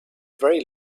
very